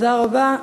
תודה רבה.